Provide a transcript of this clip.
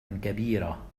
كبيرة